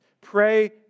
Pray